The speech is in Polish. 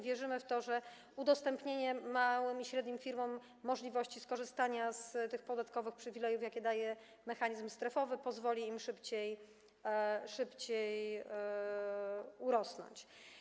Wierzymy w to, że udostępnienie małym i średnim firmom możliwości skorzystania z dodatkowych przywilejów, jakie daje mechanizm strefowy, pozwoli im szybciej urosnąć.